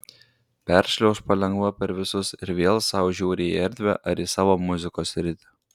peršliauš palengva per visus ir vėl sau žiūri į erdvę ar į savo muzikos sritį